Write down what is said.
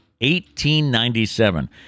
1897